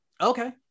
Okay